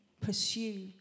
pursue